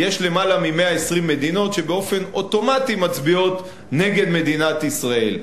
יש למעלה מ-120 מדינות שבאופן אוטומטי מצביעות נגד מדינת ישראל.